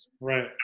right